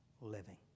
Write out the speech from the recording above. living